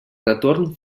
retorn